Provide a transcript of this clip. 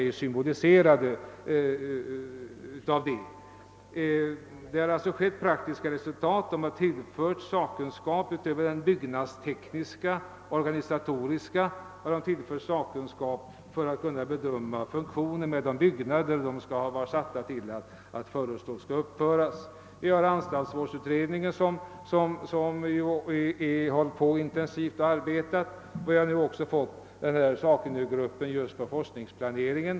I den utredningen har man utöver byggnadsteknisk och organisatorisk sakkunskap även speciella sakkunniga i de funktioner byggnaderna skall ha. Likaså har man inom anstaltsvårdsutredningen arbetat intensivt. Detsamma gäller de speciella sakkunniga för forskningsplaneringen.